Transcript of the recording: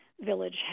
village